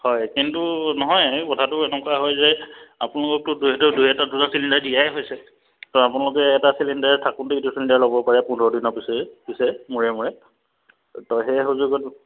হয় কিন্তু নহয় এই কথাটো এনেকুৱা হয় যে আপোনালোকতো দুহেতৰ দুটা চিলিণ্ডাৰ দিয়াই হৈছে ত' আপোনালোকে এটা চিলিণ্ডাৰ থাকোঁতেই ইটো চিলিণ্ডাৰ ল'ব পাৰে পোন্ধৰ দিনৰ পিছে পিছে মূৰে মূৰে ত' সেই সুযোগত